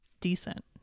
decent